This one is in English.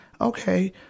Okay